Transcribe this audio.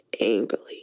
angrily